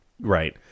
Right